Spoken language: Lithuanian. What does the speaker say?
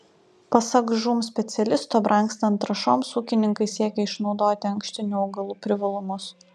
pasak žūm specialisto brangstant trąšoms ūkininkai siekia išnaudoti ankštinių augalų privalumus